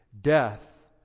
Death